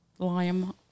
Liam